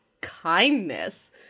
kindness